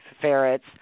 ferrets